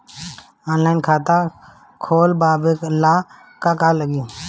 Online खाता खोलबाबे ला का का लागि?